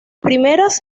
primeras